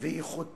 וייחוד תפקידם".